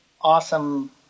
awesome